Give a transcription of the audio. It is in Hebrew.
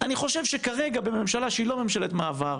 אני חושב שכרגע בממשלה שהיא לא ממשלת מעבר,